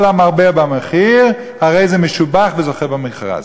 כל המרבה במחיר הרי זה משובח וזוכה במכרז.